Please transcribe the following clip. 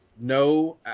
No